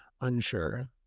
unsure